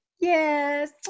Yes